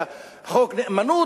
חוק נאמנות,